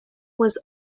was